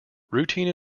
routine